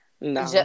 no